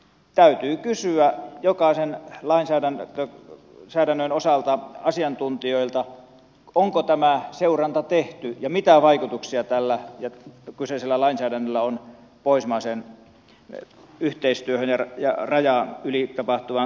täytyy kysyä jokaisen lainsäädännön osalta asiantuntijoilta onko tämä seuranta tehty ja mitä vaikutuksia tällä kyseisellä lainsäädännöllä on pohjoismaiseen yhteistyöhön ja rajan yli tapahtuvaan liikkumiseen